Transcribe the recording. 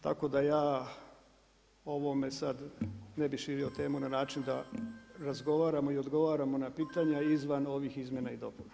Tako da ja o ovome sad ne bih širio temu na način da razgovaramo i odgovaramo na pitanja izvan ovih izmjena i dopuna.